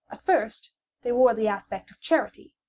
at first they wore the aspect of charity,